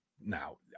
Now